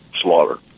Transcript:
slaughter